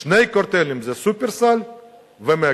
שני קרטלים, "שופרסל" ו"מגה".